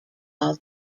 all